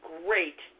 great